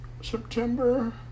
September